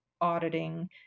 auditing